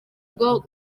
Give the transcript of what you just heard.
bwo